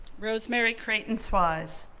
rosemary cratons wise,